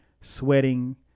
sweating